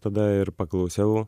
tada ir paklausiau